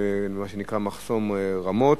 מה שנקרא מחסום רמות.